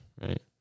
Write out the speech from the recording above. right